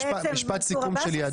משפט סיכום שלי.